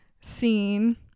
scene